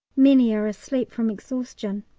many are asleep from exhaustion.